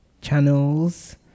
channels